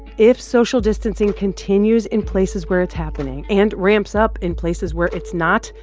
if social distancing continues in places where it's happening and ramps up in places where it's not,